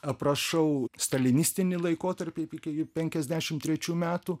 aprašau stalinistinį laikotarpį iki penkiasdešimt trečių metų